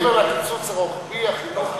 מעבר לקיצוץ הרוחבי, החינוך ירד,